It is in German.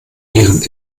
ihren